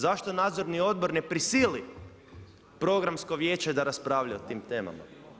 Zašto nadzorni odbor ne prsili programsko vijeće da raspravlja o tim temama?